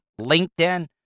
LinkedIn